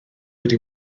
wedi